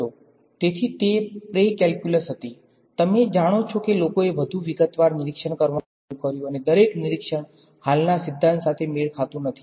તેથી તે pre calculus હતી પછી તમે જાણો છો કે લોકોએ વધુ વિગતવાર નિરીક્ષણ કરવાનું શરૂ કર્યું અને દરેક નિરીક્ષણ હાલના સિદ્ધાંત સાથે મેળ ખાતું નથી